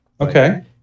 Okay